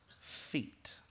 feet